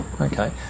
Okay